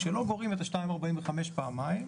שלא גורעים את ה-2.45% פעמיים,